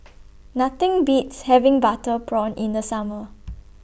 Nothing Beats having Butter Prawn in The Summer